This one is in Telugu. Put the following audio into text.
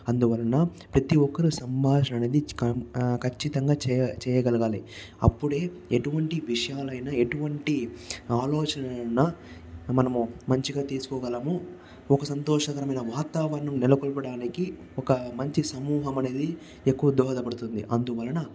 అందువలన ప్రతి ఒక్కరు సంభాషణ ఖచ్చితంగా చేయగలగాలి అప్పుడే ఎటువంటి విషయాలైనా ఎటువంటి ఆలోచనలైన మనము మంచిగా తీసుకోగలము ఒక సంతోషకరమైన వాతావరణం నెలకొల్పడానికి ఒక మంచి సమూహం అనేది ఎక్కువ దోహదపడుతుంది అందువలన